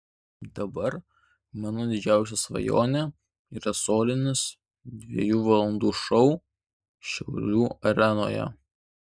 dabar mano didžiausia svajonė yra solinis dviejų valandų šou šiaulių arenoje